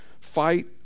fight